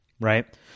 right